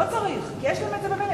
לא צריך, כי יש להם את זה ממילא,